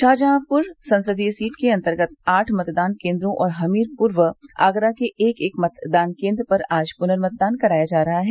शाहजहांपुर संसदीय सीट के अन्तर्गत आठ मतदान केन्द्रों और हमीरपुर व आगरा के एक एक मतदान केन्द्र पर आज प्नर्मतदान कराया जा रहा है